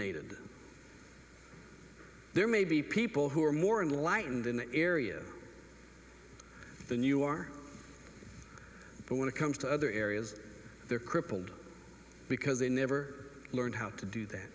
n there may be people who are more in lightened in the area than you are but when it comes to other areas they're crippled because they never learned how to do that